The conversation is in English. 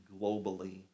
globally